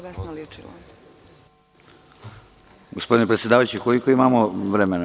Gospodine predsedavajući, koliko imamo vremena?